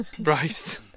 right